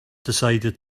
decided